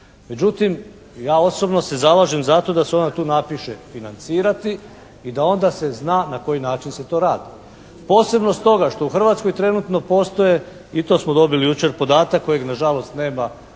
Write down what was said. Međutim ja osobno se zalažem za to da se odmah tu napiše financirati i da onda se zna na koji način se to radi? Posebno stoga što u Hrvatskoj trenutno postoje i to smo dobili jučer podatak kojeg nažalost nema